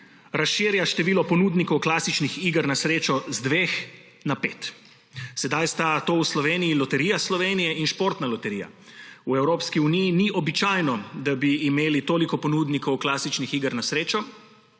razširja število ponudnikov klasičnih iger na srečo z dveh na pet. Sedaj sta to v Sloveniji Loterija Slovenije in Športna loterija. V Evropski uniji ni običajno, da bi imeli toliko ponudnikov klasičnih iger na srečo,